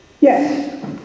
Yes